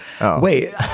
Wait